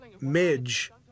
Midge